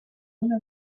una